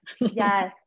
yes